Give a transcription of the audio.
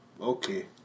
Okay